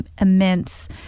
immense